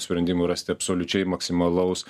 sprendimui rasti absoliučiai maksimalaus